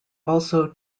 also